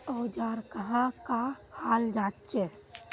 औजार कहाँ का हाल जांचें?